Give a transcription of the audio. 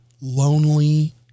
lonely